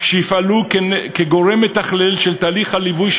שיפעלו כגורם מתכלל של תהליך הליווי של